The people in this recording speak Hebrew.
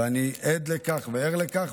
ואני עד לכך וער לכך.